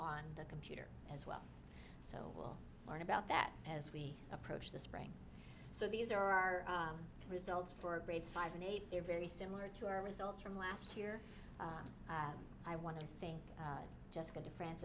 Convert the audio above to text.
on the computer as well so we'll learn about that as we approach the spring so these are our results for grades five and eight they're very similar to our results from last year i want to think just going to franc